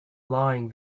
lying